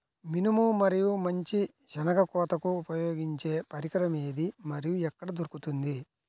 మినుము మరియు మంచి శెనగ కోతకు ఉపయోగించే పరికరం ఏది మరియు ఎక్కడ దొరుకుతుంది?